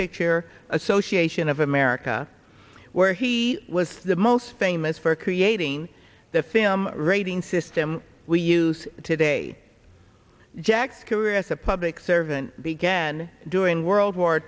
picture association of america where he was the most famous for creating the film rating system we use today jack's career as a public servant began during world war